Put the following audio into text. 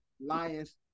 Lions